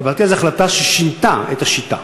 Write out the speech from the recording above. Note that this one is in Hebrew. קיבלתי אז החלטה ששינתה את השיטה,